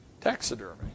Taxidermy